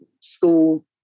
school